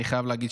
אני חייב להגיד,